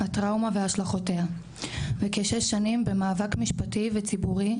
הטראומה והשלכותיה וכשש שנים במאבק משפטי וציבורי,